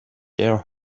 their